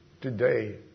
today